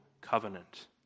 covenant